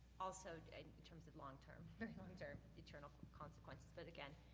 also in terms of long term, very long term internal consequences, but again,